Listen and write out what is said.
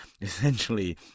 essentially